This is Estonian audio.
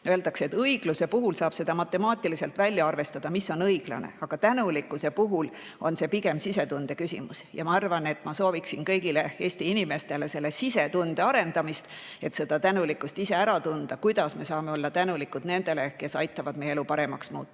Öeldakse, et õigluse puhul saab matemaatiliselt välja arvestada, mis on õiglane, aga tänulikkuse puhul on see pigem sisetunde küsimus. Ma soovin kõigile Eesti inimestele sisetunde arendamist ja seda, et me võiksime ise ära tunda, kuidas me saame olla tänulikud nendele, kes aitavad meie elu paremaks muuta.